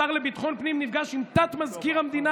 השר לביטחון הפנים נפגש עם תת-מזכיר המדינה